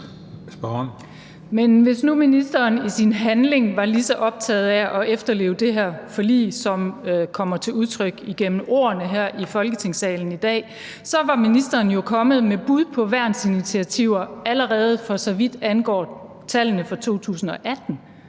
(V): Hvis nu ministeren i sin handling var lige så optaget af at efterleve det her forlig, som kommer til udtryk igennem ordene her i Folketingssalen i dag, så var ministeren jo allerede kommet med bud på værnsinitiativer, for så vidt angår tallene for 2018,